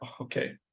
okay